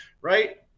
right